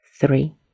three